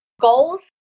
Goals